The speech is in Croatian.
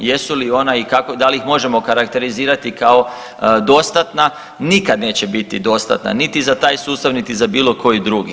Jesu li ona i da li ih možemo karakterizirati kao dostatna, nikada neće biti dostatna niti za taj sustav, niti za bilo koji drugi.